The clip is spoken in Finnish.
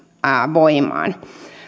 voimaan